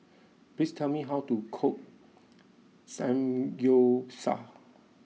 please tell me how to cook Samgyeopsal